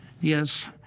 Yes